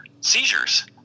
seizures